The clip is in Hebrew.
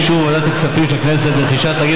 אישור ועדת הכספים של הכנסת לרכישת תאגיד